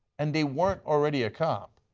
and they weren't already a cop,